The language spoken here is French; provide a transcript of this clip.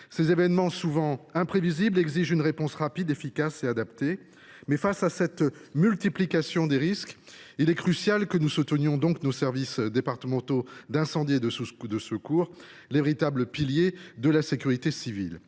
Ces événements, souvent imprévisibles, exigent une réponse rapide, efficace et adaptée. Face à cette multiplication des risques, il est crucial que nous soutenions nos services départementaux d’incendie et de secours, véritables piliers de la sécurité civile.